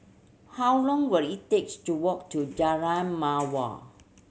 how long will it takes to walk to Jalan Mawar